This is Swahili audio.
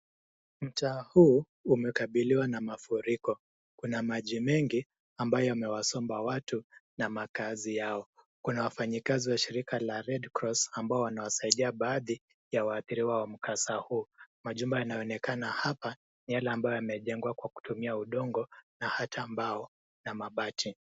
Mtaa huu umekabiliwa na mafuriko, kuna maji mengi ambayo yamewasomba watu na makaazi yao. Kuna wafanyakazi wa shirika la Redcross ambao wanasaidia baadhi ya waathiriwa wa mkasa huu. Majumba yanayoonekana hapa ni yale ambayo yamejengwa kwa kutumia udongo na hata mbao na mabati.